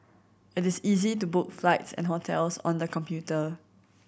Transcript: it is easy to book flights and hotels on the computer